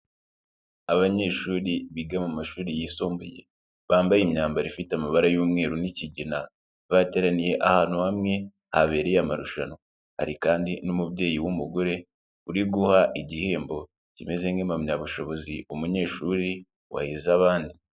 Abanyeshuri biga mu mashuri yisumbuye bambaye imyambaro ifite amabara y'umweru n'ikigina, bateraniye ahantu hamwe habereye amarushanwa, hari kandi n'umubyeyi w'umugore uri guha igihembo kimeze nk'impamyabushobozi umunyeshuri wahize abandi.